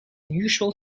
unusual